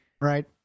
Right